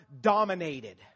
dominated